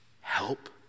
help